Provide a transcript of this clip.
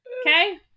okay